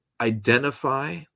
identify